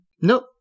Nope